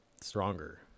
stronger